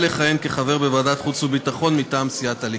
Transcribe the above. לכהן כחבר בוועדת החוץ והביטחון מטעם סיעת הליכוד.